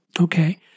Okay